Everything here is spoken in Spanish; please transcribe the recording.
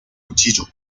cuchillo